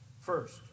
first